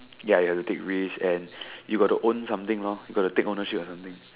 ya you have to take risk and you gotta own something lor you gotta take ownership or something